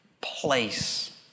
place